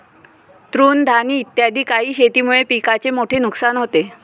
तृणधानी इत्यादी काही शेतीमुळे पिकाचे मोठे नुकसान होते